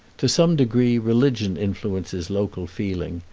to some degree religion influences local feeling,